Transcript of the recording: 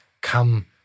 come